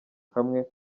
kamwe